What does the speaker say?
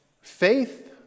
faith